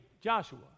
Joshua